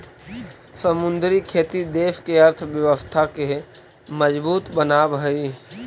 समुद्री खेती देश के अर्थव्यवस्था के मजबूत बनाब हई